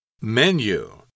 Menu